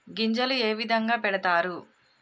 గింజలు ఏ విధంగా పెడతారు?